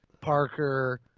Parker